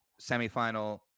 semifinal